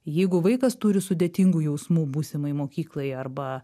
jeigu vaikas turi sudėtingų jausmų būsimai mokyklai arba